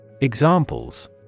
Examples